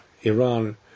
Iran